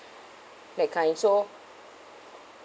that kind so